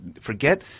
Forget